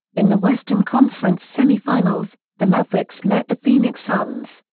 in the western conference semifinals, the mavericks met the phoenix suns,